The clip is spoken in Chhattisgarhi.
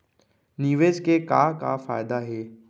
निवेश के का का फयादा हे?